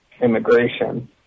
immigration